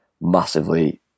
massively